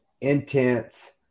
intense